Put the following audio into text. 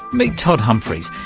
meet todd humphries.